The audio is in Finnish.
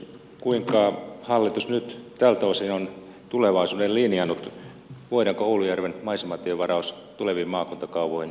kuinka hallitus nyt tältä osin on tulevaisuuden linjannut voidaanko oulujärven maisematievaraus mahdollistaa tuleviin maakuntakaavoihin